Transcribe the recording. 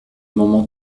moment